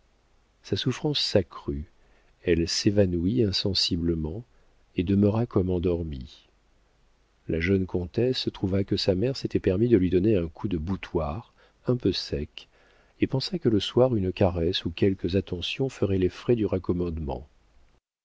sa souffrance s'accrut elle s'évanouit insensiblement et demeura comme endormie la jeune comtesse trouva que sa mère s'était permis de lui donner un coup de boutoir un peu sec et pensa que le soir une caresse ou quelques attentions feraient les frais du